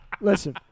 Listen